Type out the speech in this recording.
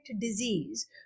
disease